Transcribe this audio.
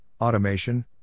automation